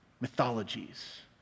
mythologies